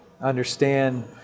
understand